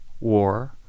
war